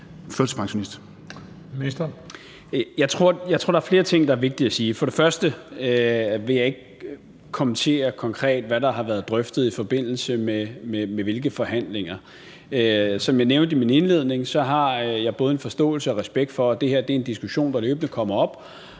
Jeg tror, der er flere ting, der er vigtige at sige. For det første vil jeg ikke kommentere, hvad der konkret har været drøftet i forbindelse med hvilke forhandlinger. Som jeg nævnte i min indledning, har jeg både en forståelse og respekt for, at det her er en diskussion, der løbende kommer op,